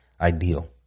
ideal